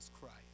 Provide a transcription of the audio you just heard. Christ